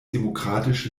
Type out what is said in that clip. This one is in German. demokratisch